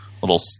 little